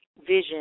vision